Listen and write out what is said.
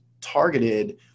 targeted